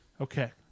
Okay